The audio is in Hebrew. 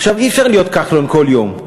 אי-אפשר להיות "כחלון" כל יום,